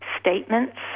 statements